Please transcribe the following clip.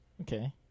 Okay